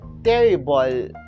terrible